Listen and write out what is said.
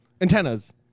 antennas